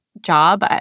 job